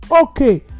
okay